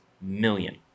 million